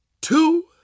two